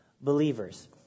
believers